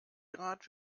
grad